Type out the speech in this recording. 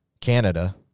Canada